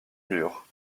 mur